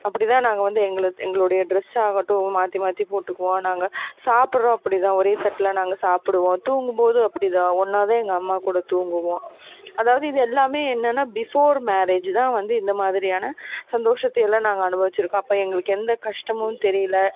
அப்படிதான் நாங்கள் வந்து எங்க எங்களுடைய டிரெஸ் ஆகட்டும் மாற்றி மாற்றி போட்டுக்குவோம் நாங்கள் சாப்பிடுறோம் அப்படிதான் ஒரே தட்டில் நாங்கள் சாப்பிடுவோம் தூங்கும்போதும் அப்படிதான் ஒன்றாவே எங்கள் அம்மாகூட தூங்குவோம் அதாவது இது எல்லாமே என்னன்னா பிஃபோர் மேரேஜ்தான் வந்து இந்த மாதிரியான சந்தோஷத்தையெல்லாம் நாங்கள் அனுபவிச்சுருக்கோம் அப்போ எங்களுக்கு எந்த கஷ்டமும் தெரியல